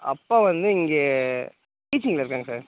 அப்பா வந்து இங்கே டீச்சிங்கில் இருக்காங்க சார்